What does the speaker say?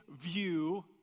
view